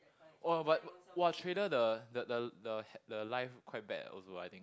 !wah! but !wah! trader the the the the he~ the life quite bad also ah I think